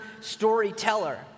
storyteller